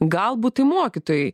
galbūt tai mokytojai